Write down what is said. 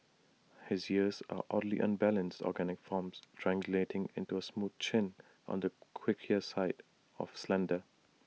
his ears are oddly unbalanced organic forms triangulating into A smooth chin on the quirkier side of slender